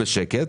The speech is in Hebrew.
בשקט,